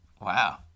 Wow